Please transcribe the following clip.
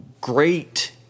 great